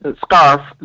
Scarf